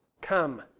come